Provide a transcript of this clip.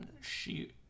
shoot